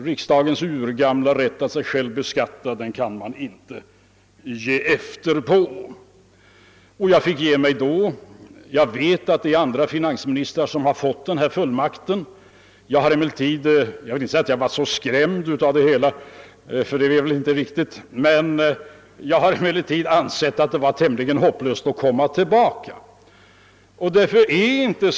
Man kan inte ge efter i fråga om svenska folkets urgamla rätt att sig själv beskatta. Jag fick ge mig då. Det är nog inte riktigt att säga att jag blev skrämd av det hela, men jag har ansett det vara tämligen lönlöst att komma tillbaka i denna avsikt.